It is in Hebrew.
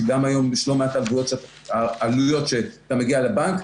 שגם היום יש לא מעט עלויות כשאתה מגיע לבנק.